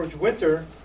winter